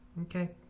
Okay